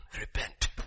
repent